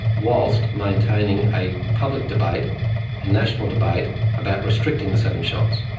whilst maintaining a public debate and national debate about restricting the seven shots.